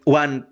one